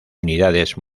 unidades